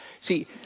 See